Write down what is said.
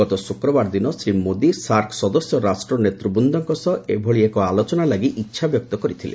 ଗତ ଶୁକ୍ରବାର ଦିନ ଶ୍ରୀ ମୋଦି ସାର୍କ ସଦସ୍ୟ ରାଷ୍ଟ୍ର ନେତୃବୃନ୍ଦଙ୍କ ସହ ଏଭଳି ଏକ ଆଲୋଚନା ଲାଗି ଇଚ୍ଛା ବ୍ୟକ୍ତ କରିଥିଲେ